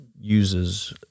uses